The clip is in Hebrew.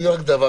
מה הקשר למחשוב?